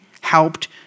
helped